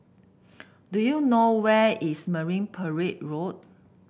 do you know where is Marine Parade Road